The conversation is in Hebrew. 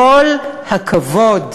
כל הכבוד.